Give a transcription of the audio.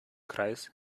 kreis